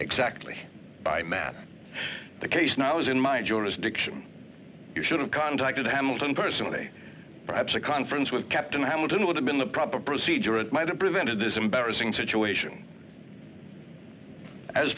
exactly by matt the case now is in my jurisdiction you should have contacted hamilton personally perhaps a conference with captain hamilton would have been the proper procedure it might have prevented this embarrassing situation as